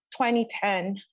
2010